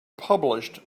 published